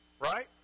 Right